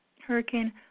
Hurricane